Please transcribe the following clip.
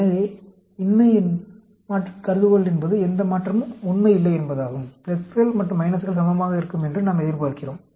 எனவே இன்மை கருதுகோள் என்பது எந்த மாற்றமும் உண்மை இல்லை என்பதாகும் பிளஸ்கள் மற்றும் மைனஸ்கள் சமமாக இருக்கும் என்று நாம் எதிர்பார்க்கிறோம்